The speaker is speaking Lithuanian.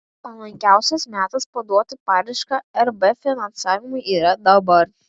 palankiausias metas paduoti paraišką rb finansavimui yra dabar